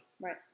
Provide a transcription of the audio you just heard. Right